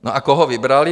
A koho vybrali?